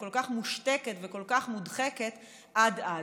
כל כך מושתקת וכל כך מודחקת עד אז.